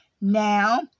now